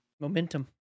Momentum